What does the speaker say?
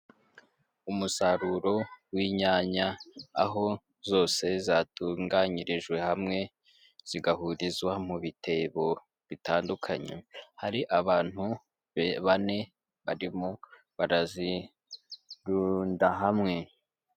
Umusaruro w'inyanya aho zose zatunganyirijwe hamwe zigahurizwa mu bitebo bitandukanye, hari abantu bane barimo barazirunda hamwe.